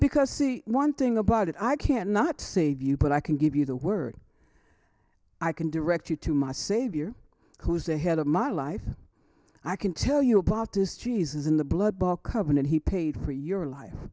because see one thing about it i cannot save you but i can give you the word i can direct you to my savior who's the head of my life i can tell you a pot is jesus in the blood ball covenant he paid for your life